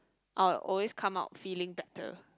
I'll always come out feeling better